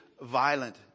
violent